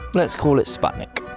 but let's call it sputnik.